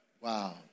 Wow